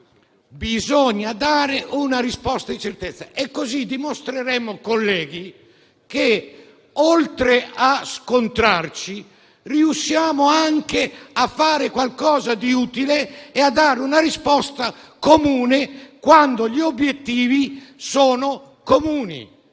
bisogna dare una risposta di certezza. In questo modo, colleghi, dimostreremo che, oltre a scontrarci, riusciamo anche a fare qualcosa di utile e a dare una risposta comune quando gli obiettivi sono comuni.